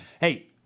Hey